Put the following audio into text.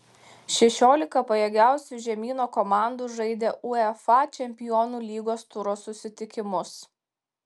šešiolika pajėgiausių žemyno komandų žaidė uefa čempionų lygos turo susitikimus